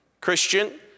Christian